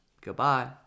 goodbye